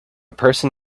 person